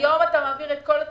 היום אתה מעביר את כל התמיכות?